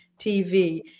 TV